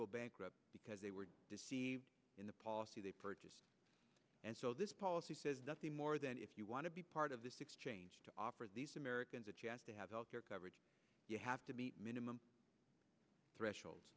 go bankrupt because they were deceived in the policy they purchased and so this policy says nothing more than if you want to be part of this exchange to offer these americans a chance to have health care coverage you have to meet minimum threshold